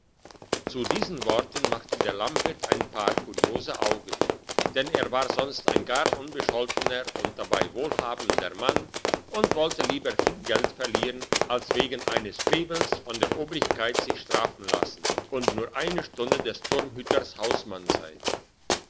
zu diesen worten machte der lammwirt ein paar kuriose augen denn er war sonst ein gar unbescholtener und dabei wohlhabender mann und wollte lieber viel geld verlieren als wegen eines frevels von der obrigkeit sich strafen lassen und nur eine stunde des turnhüters hausmann sein